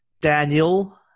Daniel